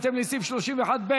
בהתאם לסעיף 31(ב)